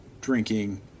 drinking